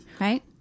right